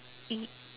i~